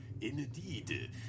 Indeed